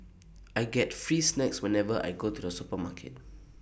I get free snacks whenever I go to the supermarket